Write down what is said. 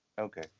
Okay